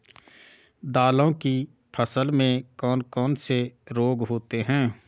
दालों की फसल में कौन कौन से रोग होते हैं?